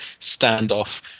standoff